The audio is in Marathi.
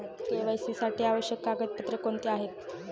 के.वाय.सी साठी आवश्यक कागदपत्रे कोणती आहेत?